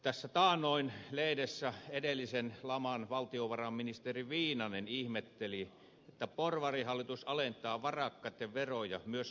tässä taannoin lehdessä edellisen laman valtiovarainministeri viinanen ihmetteli että porvarihallitus alentaa varakkaitten veroja myös laman aikana